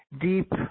deep